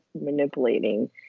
manipulating